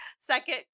second